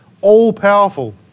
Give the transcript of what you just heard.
all-powerful